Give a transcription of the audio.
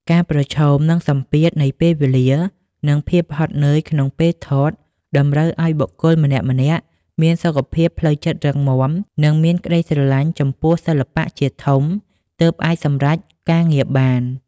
ការប្រឈមនឹងសម្ពាធនៃពេលវេលា និងភាពហត់នឿយក្នុងពេលថត តម្រូវឱ្យបុគ្គលម្នាក់ៗមានសុខភាពផ្លូវចិត្តរឹងមាំ និងមានក្ដីស្រឡាញ់ចំពោះសិល្បៈជាធំទើបអាចសម្រេចការងារបាន។